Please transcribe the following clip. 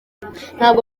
ntabwo